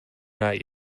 not